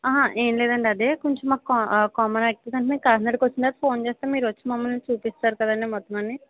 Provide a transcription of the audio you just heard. ఆహా ఏం లేదండి అదే కొంచం మాకు కా కామన్ యాక్టివిటీ కాకినాడ వచ్చిన తరువాత ఫోన్ చేస్తా మీరు వచ్చి మమ్మల్ని చూపిస్తారు కదండి మొత్తం అన్ని